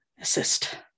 assist